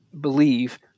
believe